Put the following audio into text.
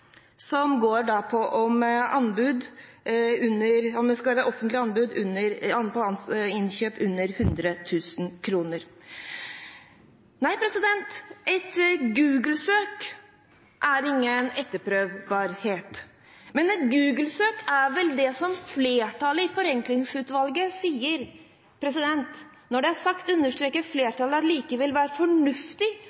som går på om det skal være offentlige anbud for innkjøp under 100 000 kr. Nei, et Google-søk er ingen etterprøvbarhet, men et Google-søk er vel det som flertallet i Forenklingsutvalget sier når de understreker at det likevel vil være fornuftig å foreta en sondering av markedet også ved mindre anskaffelser – og det er